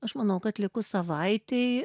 aš manau kad likus savaitei